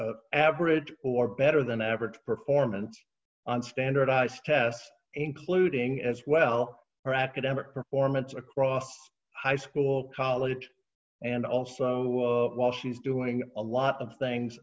x average or better than average performance on standardized tests including as well for academic performance across high school college and also while she's doing a lot of things